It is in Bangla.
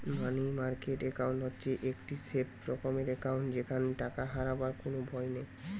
মানি মার্কেট একাউন্ট হচ্ছে একটি সেফ রকমের একাউন্ট যেখানে টাকা হারাবার কোনো ভয় নাই